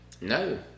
No